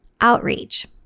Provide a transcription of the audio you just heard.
Outreach